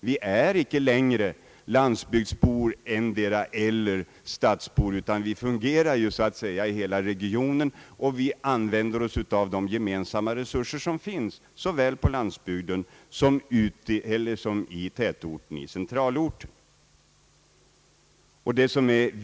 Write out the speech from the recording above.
Vi är inte längre antingen landsbygdsbor eller stadsbor, utan vi fungerar så att säga i hela regionen och använder oss av de gemensamma resurserna på landsbygden och i tätorten.